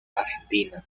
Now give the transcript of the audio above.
argentina